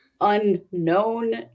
unknown